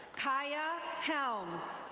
kaia helms.